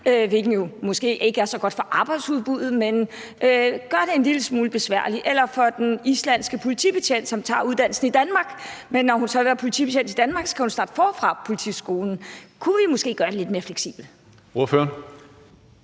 hvilket måske ikke er så godt for arbejdsudbuddet, men også gør det en lille smule besværligt. Eller det kunne være den islandske politibetjent, som tager uddannelsen i Island, men når hun så vil være politibetjent i Danmark, skal hun starte forfra på politiskolen. Kunne vi måske gøre det lidt mere fleksibelt? Kl.